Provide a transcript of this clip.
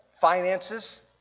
finances